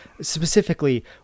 specifically